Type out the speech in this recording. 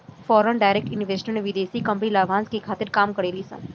foreign direct investment में विदेशी company लाभांस के खातिर काम करे ली सन